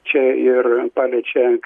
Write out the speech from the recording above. čia ir paliečia